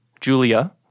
Julia